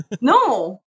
no